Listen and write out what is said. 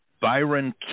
Byron